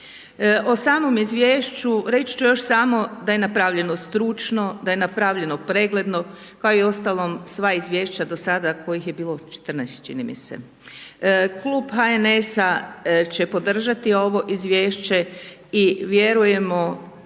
O samome izvješću, reći ću još samo da je napravljeno stručno, da je napravljeno pregledno, pa i uostalom sva izvješća kojih je bilo 14, čini mi se, Klub HNS-a će podržati ovo izvješće i vjerujemo